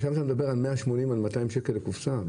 שם אתה מדבר על 180 עד 200 שקל לקופסא.